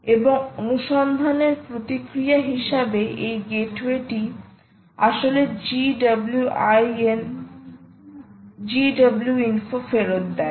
এবং অনুসন্ধানের প্রতিক্রিয়া হিসাবে এই গেটওয়েটি আসলে GWINFO ফেরত দেয়